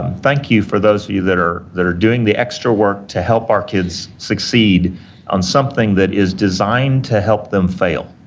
thank you for those of you that are that are doing the extra work to help our kids succeed on something that is designed to help them fail.